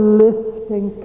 lifting